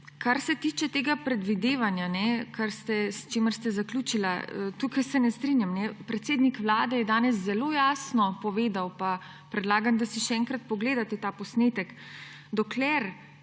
Kar se tiče tega predvidevanja, s čimer ste zaključili, tukaj se ne strinjam. Predsednik Vlade je danes zelo jasno povedal, pa predlagam, da si še enkrat pogledate ta posnetek, »dokler